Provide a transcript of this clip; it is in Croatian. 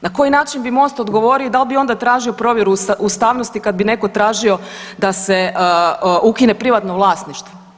Na koji način bi Most odgovorio i da li bi onda tražio provjeru ustavnosti kad bi neko tražio da se ukine privatno vlasništvo?